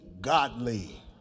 Godly